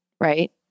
right